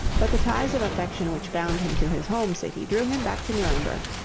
but the ties of affection which bound him to his home city drew him back to nuremberg,